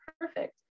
perfect